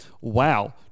Wow